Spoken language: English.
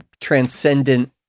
transcendent